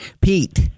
Pete